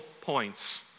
points